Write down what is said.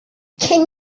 can